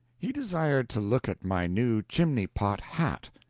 he desired to look at my new chimney-pot hat.